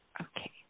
Okay